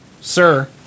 sir